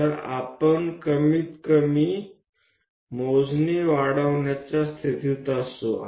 જેથી આપણે least count ને વધારવાની